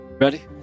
ready